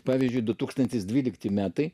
pavyzdžiui du tūkstantis dvylikti metai